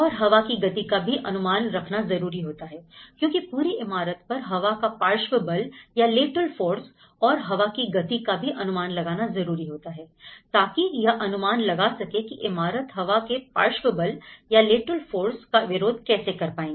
और हवा की गति का भी अनुमान रखना जरूरी होता है क्योंकि पूरी इमारत पर हवा का पार्श्व बल या Lateral Forces और हवा की गति का भी अनुमान लगाना जरूरी होता है ताकि यह अनुमान लगा सके की इमारत हवा के पार्श्व बल या Lateral Forces का विरोध कैसे कर पाएगी